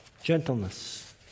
Gentleness